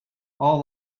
all